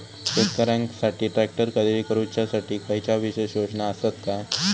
शेतकऱ्यांकसाठी ट्रॅक्टर खरेदी करुच्या साठी खयच्या विशेष योजना असात काय?